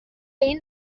این